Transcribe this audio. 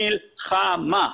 מלחמה.